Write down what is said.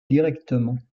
directement